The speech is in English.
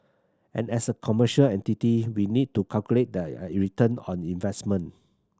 and as a commercial entity we need to calculate that I return on investment